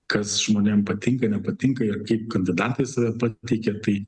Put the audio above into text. kas žmonėm patinka nepatinka ir kaip kandidatas yra pateikia tai